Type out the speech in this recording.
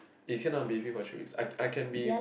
if can lah I will be here for three weeks I I can be